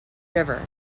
river